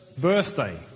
birthday